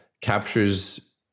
captures